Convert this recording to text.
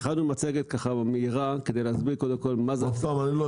מהיר בנושא הבא "בפעם השנייה